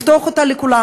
לפתוח אותם לכולם.